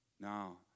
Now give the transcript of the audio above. Now